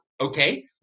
okay